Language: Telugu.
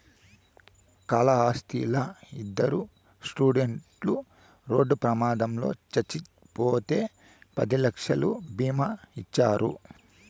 కాళహస్తిలా ఇద్దరు స్టూడెంట్లు రోడ్డు ప్రమాదంలో చచ్చిపోతే పది లక్షలు బీమా ఇచ్చినారు